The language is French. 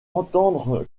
entendre